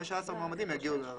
ה-15 יגיעו לריאיון.